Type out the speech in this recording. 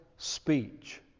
speech